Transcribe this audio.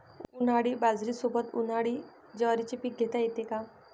उन्हाळी बाजरीसोबत, उन्हाळी ज्वारीचे पीक घेता येते का?